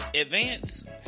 advance